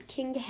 King